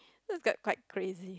that got quite crazy